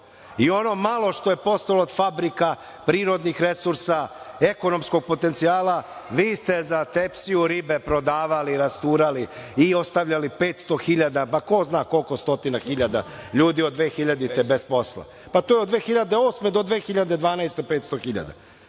I ono malo što je postojalo fabrika, prirodnih resursa, ekonomskog potencijala, vi ste za tepsiju ribu prodavali, rasturali i ostavljali 500.000… Ko zna koliko stotina hiljada ljudi od 2000. godine bez posla? Pa, to je od 2008. do 2012. godine 500.000.